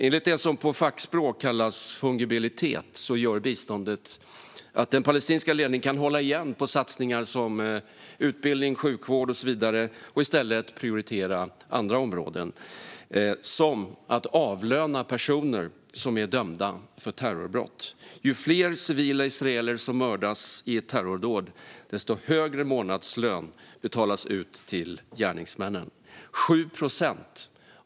Enligt det som på fackspråk kallas fungibilitet gör biståndet att den palestinska ledningen kan hålla igen på satsningar som utbildning, sjukvård och så vidare och i stället prioritera andra områden såsom att avlöna personer som är dömda för terrorbrott. Ju fler civila israeler som mördas i ett terrordåd, desto högre månadslön betalas ut till gärningsmännen.